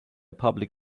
public